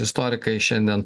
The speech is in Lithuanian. istorikai šiandien